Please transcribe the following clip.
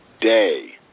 day